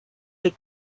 the